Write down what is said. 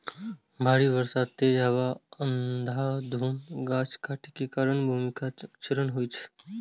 भारी बर्षा, तेज हवा आ अंधाधुंध गाछ काटै के कारण भूमिक क्षरण होइ छै